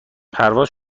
پرواز